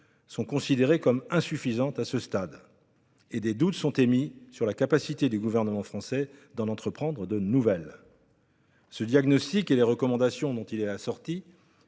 sont considérées comme insuffisantes à ce stade, et des doutes sont émis sur la capacité du Gouvernement d'en entreprendre de nouvelles. Ce diagnostic et les recommandations dont il est assorti